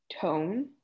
tone